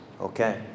Okay